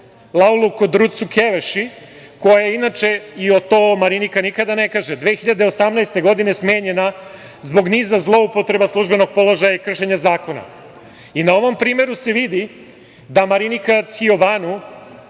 Lauru Kruducu Keveši koja je inače, a to Marinika nikada ne kaže, 2018. godine smenjena zbog niza zloupotreba službenog položaja i kršenja zakona. Na ovom primeru se vidi da Marinika Ciobanu